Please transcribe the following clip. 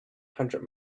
hundred